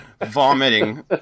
vomiting